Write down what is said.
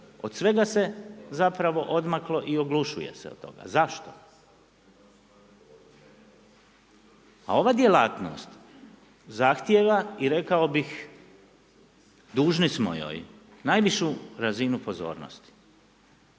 od svega se zapravo odmaklo i oglušuje se od toga. Zašto? Ova djelatnost zahtjeva i rekao bih dužni smo joj najvišu razinu pozornosti.